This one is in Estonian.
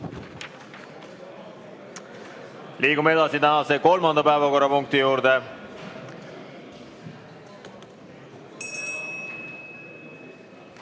Liigume edasi tänase kolmanda päevakorrapunkti juurde.